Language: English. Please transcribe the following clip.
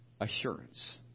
assurance